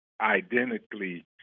identically